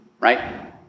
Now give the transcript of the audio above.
right